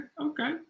okay